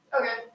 Okay